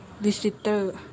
visitor